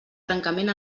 trencament